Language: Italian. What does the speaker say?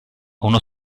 uno